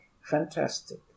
fantastic